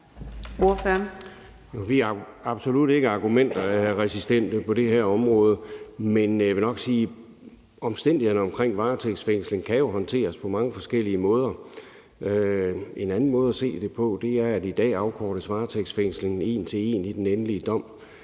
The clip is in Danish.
Vi er absolut ikke argumentresistente på det her område. Men jeg vil nok sige, at omstændighederne omkring varetægtsfængsling jo kan håndteres på mange forskellige måder. En anden måde at se det på er, at i dag afkortes varetægtsfængslingen en til en i den endelige dom.